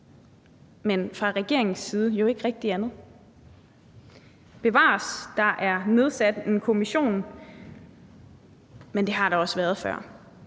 men fra regeringens side jo ikke rigtig andet. Bevares, der er nedsat en kommission, men det har der også været før.